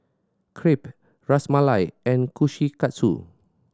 Crepe Ras Malai and Kushikatsu